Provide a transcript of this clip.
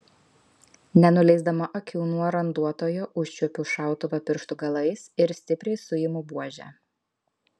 nenuleisdama akių nuo randuotojo užčiuopiu šautuvą pirštų galais ir stipriai suimu buožę